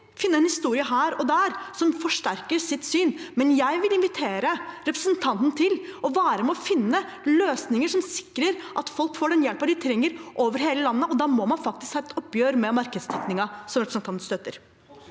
alltid finne en historie her og der som forsterker sitt syn, men jeg vil invitere representanten til å være med på å finne løsninger som sikrer at folk får den hjelpen de trenger, over hele landet. Da må man faktisk ta et oppgjør med markedstenkningen som representanten støtter.